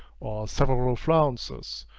several flounces,